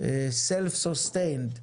Self sustained,